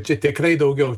čia tikrai daugiau